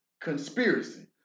Conspiracy